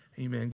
Amen